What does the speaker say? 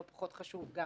זה לא פחות חשוב גם.